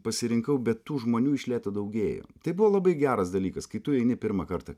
pasirinkau bet tų žmonių iš lėto daugėjo tai buvo labai geras dalykas kai tu eini pirmą kartą